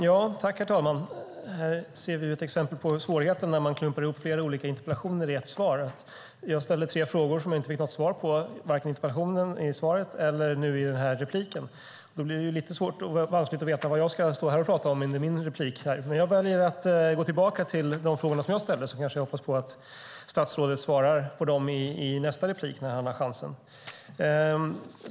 Herr talman! Här ser vi ett exempel på svårigheten när man klumpar ihop flera olika interpellationer i ett svar. Jag ställde tre frågor som jag inte fick svar på, varken i interpellationssvaret eller i inlägget. Då blir det lite svårt att veta vad jag ska tala om i mitt inlägg, men jag väljer att gå tillbaka till de frågor jag ställde och hoppas att statsrådet svarar på dem i sitt nästa inlägg.